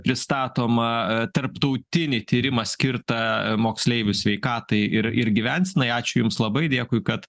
pristatomą a tarptautinį tyrimą skirtą moksleivių sveikatai ir ir gyvensenai ačiū jums labai dėkui kad